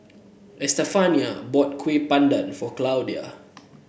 Estefania bought Kuih Bakar Pandan for Claudia